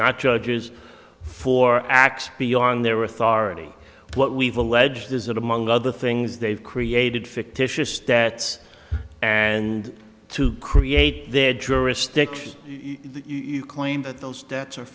not judges for x beyond their authority what we've alleged is that among other things they've created fictitious debts and to create their drift stiction you claim that those debts are